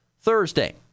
Thursday